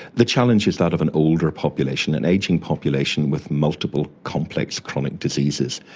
the challenge is that of an older population, an ageing population with multiple complex chronic diseases.